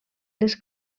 les